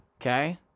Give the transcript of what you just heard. Okay